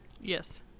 Yes